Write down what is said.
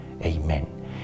Amen